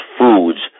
foods